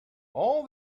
all